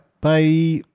Bye